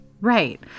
Right